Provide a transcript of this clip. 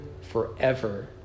forever